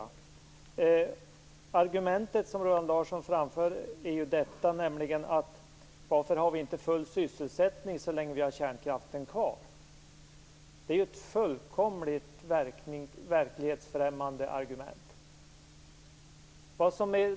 Det argument som Roland Larsson framför är: Varför har vi inte full sysselsättning så länge vi har kärnkraften kvar? Det är ett fullkomligt verklighetsfrämmande argument.